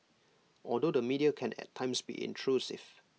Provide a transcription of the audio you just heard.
although the media can at times be intrusive